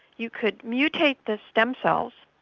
you could mutate the stem cells,